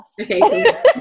Okay